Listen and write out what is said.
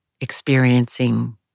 experiencing